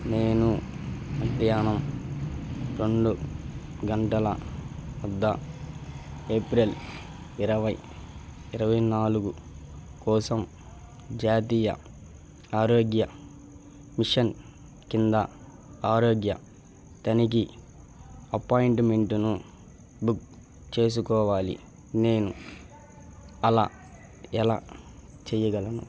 నేను మధ్యాహ్నం రెండు గంటల వద్ద ఏప్రిల్ ఇరవై ఇరవై నాలుగు కోసం జాతీయ ఆరోగ్య మిషన్ కింద ఆరోగ్య తనిఖీ అపాయింట్మెంటును బుక్ చేసుకోవాలి నేను అలా ఎలా చెయ్యగలను